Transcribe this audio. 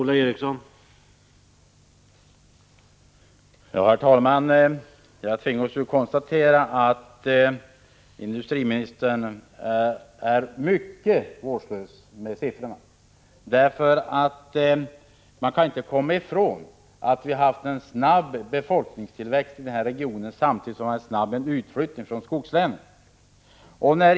Herr talman! Jag tvingas konstatera att industriministern är mycket vårdslös med siffrorna. Man kan inte komma ifrån att vi haft en snabb befolkningstillväxt i den här regionen, samtidigt som det varit en snabb utflyttning från skogslänen.